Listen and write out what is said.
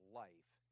life